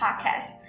podcast